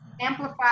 amplify